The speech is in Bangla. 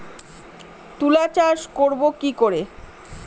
তুলা চাষ করব কি করে?